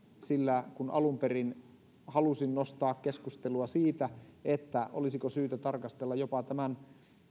sillä kun alun perin halusin nostaa keskustelua siitä olisiko syytä tarkastella jopa tämän